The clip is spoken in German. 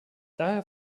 daher